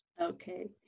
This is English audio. okay